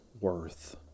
worth